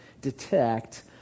detect